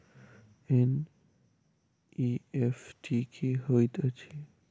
NEFT की होइत अछि?